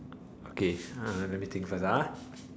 okay uh let me think first ah